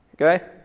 Okay